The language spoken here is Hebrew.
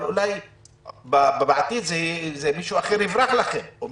אבל אולי בעתיד מישהו אחר יברח לכם.